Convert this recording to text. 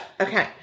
okay